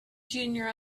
junior